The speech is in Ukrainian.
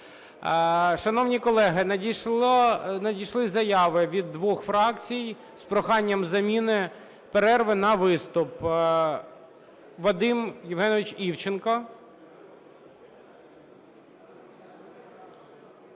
Шановні колеги, надійшли заяви від двох фракцій з проханням заміни перерви на виступ. Вадим Євгенович Івченко.